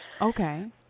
Okay